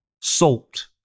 salt